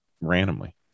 randomly